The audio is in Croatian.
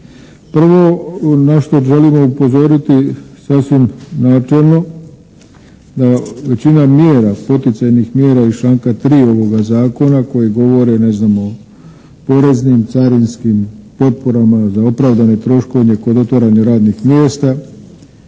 Prvo na što želimo upozoriti sasvim načelno da većina mjera, poticajnih mjera iz članka 3. ovoga zakona koji govore na znam o poreznim, carinskim potporama za opravdane troškove kod otvaranja radnih mjesta,